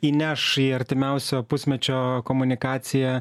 įneš į artimiausio pusmečio komunikaciją